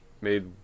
made